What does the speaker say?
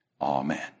Amen